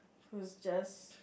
who's just